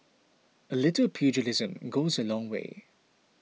a little pugilism goes a long way